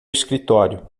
escritório